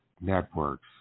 networks